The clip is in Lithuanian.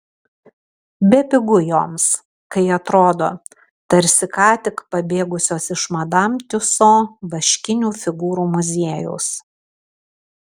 bepigu joms kai atrodo tarsi ką tik pabėgusios iš madam tiuso vaškinių figūrų muziejaus